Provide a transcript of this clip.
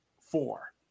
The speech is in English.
four